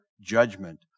judgment